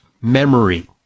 memory